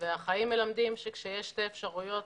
החיים מלמדים שכשיש שתי אפשרויות,